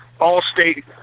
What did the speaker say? all-state